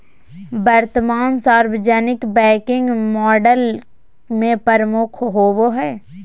वर्तमान सार्वजनिक banking model में प्रमुख होबो हइ